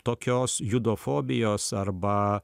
tokios judo fobijos arba